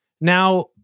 Now